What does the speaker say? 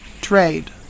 Trade